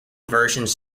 versions